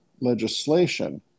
legislation